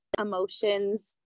emotions